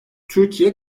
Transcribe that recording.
türkiye